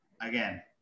again